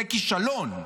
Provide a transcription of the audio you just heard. זה כישלון.